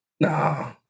nah